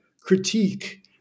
critique